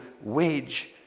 wage